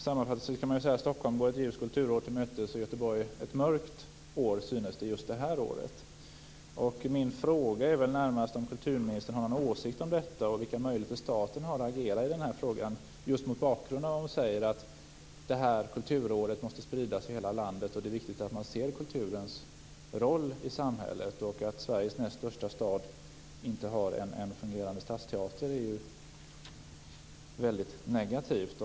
Sammanfattningsvis kan man säga att Stockholm går ett ljust kulturår till mötes och att Göteborg går ett mörkt år till mötes; det synes vara så. Min fråga är närmast om kulturministern har någon åsikt om detta. Vidare undrar jag vilka möjligheter staten har när det gäller att agera i den här frågan. Jag frågar om detta mot bakgrund av att kulturministern säger att kulturåret måste spridas över hela landet och att det är viktigt att man ser kulturens roll i samhället. Att Sveriges näst största stad inte har en fungerande stadsteater är negativt.